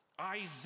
Isaiah